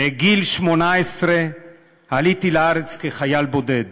בגיל 18 עליתי לארץ כחייל בודד